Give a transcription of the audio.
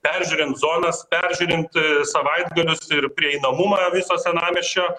peržiūrint zonas peržiūrint savaitgalius ir prieinamumą viso senamiesčio